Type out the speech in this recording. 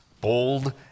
bold